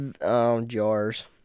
jars